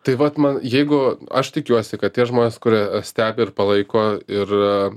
tai vat man jeigu aš tikiuosi kad tie žmonės kurie stebi ir palaiko ir